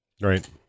Right